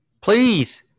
Please